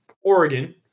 Oregon